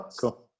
Cool